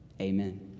amen